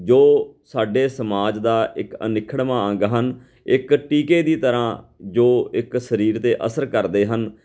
ਜੋ ਸਾਡੇ ਸਮਾਜ ਦਾ ਇੱਕ ਅਨਿੱਖੜਵਾਂ ਅੰਗ ਹਨ ਇਕ ਟੀਕੇ ਦੀ ਤਰ੍ਹਾਂ ਜੋ ਇੱਕ ਸਰੀਰ 'ਤੇ ਅਸਰ ਕਰਦੇ ਹਨ